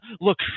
look